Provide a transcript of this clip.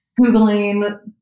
Googling